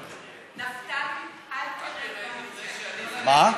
נפתלי, אל תרד, אל תרד, לך.